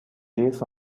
this